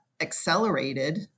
accelerated